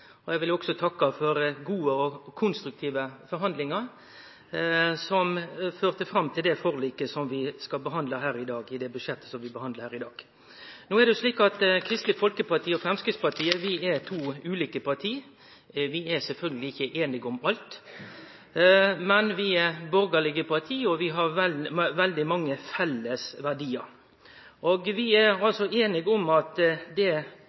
plan. Eg vil først takke representanten Syversen for eit godt innlegg. Eg vil også takke for gode og konstruktive forhandlingar, som førte fram til det forliket om budsjett som vi skal behandle her i dag. Kristeleg Folkeparti og Framstegspartiet er to ulike parti, vi er sjølvsagt ikkje einige om alt, men vi er borgarlege parti, og vi har veldig mange felles verdiar. Vi er einige om at budsjettet vi skal vedta her, er